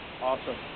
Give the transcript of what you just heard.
Awesome